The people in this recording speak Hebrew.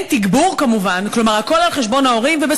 אין תגבור, כמובן, כלומר